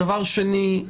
דבר שני,